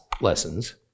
lessons